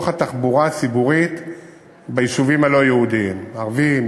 לפיתוח התחבורה הציבורית ביישובים הלא-יהודיים: ערביים,